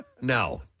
No